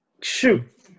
Shoot